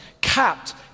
capped